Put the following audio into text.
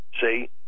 See